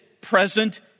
present